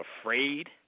afraid